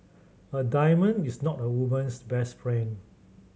a diamond is not a woman's best friend